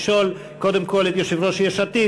לשאול קודם כול את יושב-ראש יש עתיד,